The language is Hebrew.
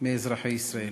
מאזרחי ישראל,